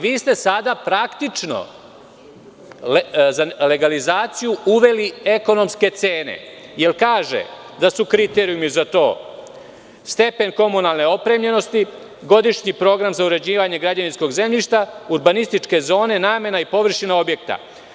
Vi ste sada praktično za legalizaciju uveli ekonomske cene, jer su kriterijumi za to stepen komunalne opremljenosti, godišnji program za uređivanje građevinskog zemljišta, urbanističke zone, namena i površina objekta.